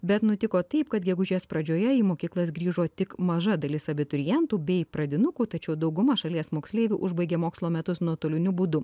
bet nutiko taip kad gegužės pradžioje į mokyklas grįžo tik maža dalis abiturientų bei pradinukų tačiau dauguma šalies moksleivių užbaigė mokslo metus nuotoliniu būdu